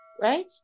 Right